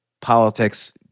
politics